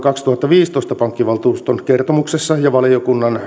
kaksituhattaviisitoista pankkivaltuuston kertomuksessa ja valiokunnan